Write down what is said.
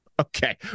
Okay